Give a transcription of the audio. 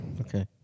Okay